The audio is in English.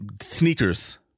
sneakers